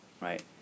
right